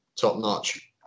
top-notch